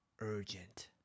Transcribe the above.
urgent